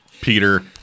Peter